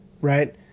right